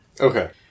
Okay